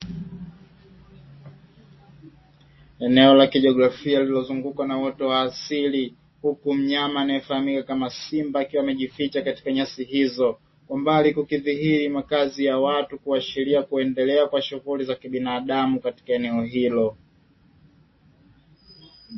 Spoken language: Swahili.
Eneo la kijiografia lililozungukwa na uoto wa asili, huku mnyama anayefahamika kama simba akiwa amejificha katika nyasi hizo, kwa mbali kukidhihiri makazi ya watu kuashiria kuendelea kwa shughuli za kibinadamu katika eneo hilo.